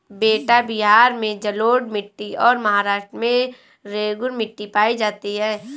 बेटा बिहार में जलोढ़ मिट्टी और महाराष्ट्र में रेगूर मिट्टी पाई जाती है